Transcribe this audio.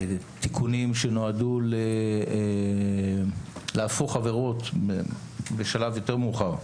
תיקונים שנועדו להפוך עבירות בשלב יותר מאוחד,